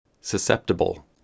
Susceptible